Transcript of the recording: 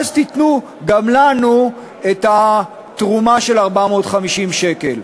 אז תיתנו גם לנו את התרומה של 450 שקל.